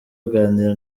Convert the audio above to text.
aganira